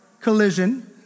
collision